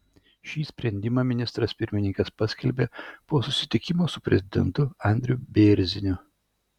šį sprendimą ministras pirmininkas paskelbė po susitikimo su prezidentu andriu bėrziniu